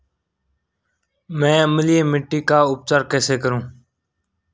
मैं अम्लीय मिट्टी का उपचार कैसे करूं?